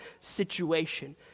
situation